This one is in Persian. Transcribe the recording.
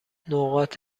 نقاط